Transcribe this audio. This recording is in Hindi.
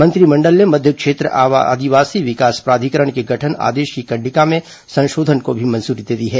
मंत्रिमंडल ने मध्य क्षेत्र आदिवासी विकास प्राधिकरण के गठन आदेश की कंडिका में संशोधन को भी मंजूरी दे दी है